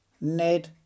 Ned